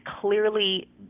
clearly